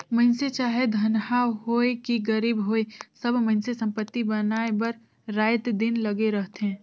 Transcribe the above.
मइनसे चाहे धनहा होए कि गरीब होए सब मइनसे संपत्ति बनाए बर राएत दिन लगे रहथें